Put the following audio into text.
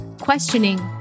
questioning